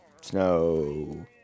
Snow